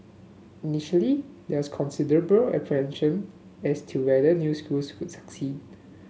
initially there is considerable apprehension as to whether new schools would succeed